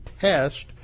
test